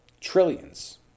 Trillions